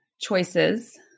choices